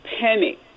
Penny